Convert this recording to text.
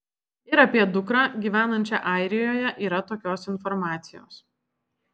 ir apie dukrą gyvenančią airijoje yra tokios informacijos